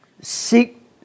Seek